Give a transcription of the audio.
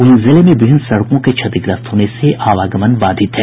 वहीं जिले में विभिन्न सड़कों के क्षतिग्रस्त होने से आवागमन बाधित है